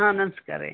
ಹಾಂ ನಮ್ಸ್ಕಾರ ರೀ